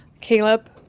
Caleb